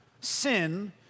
Sin